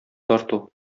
тарту